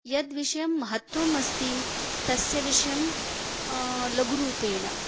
यद्विषयस्य महत्त्वम् अस्ति तं विषयं लघुरूपेण